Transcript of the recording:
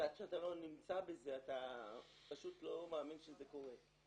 שעד שאתה לא נמצא בזה אתה פשוט לא מאמין שזה קורה.